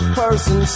person